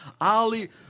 Ali